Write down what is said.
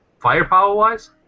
firepower-wise